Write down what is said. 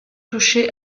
toucher